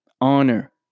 honor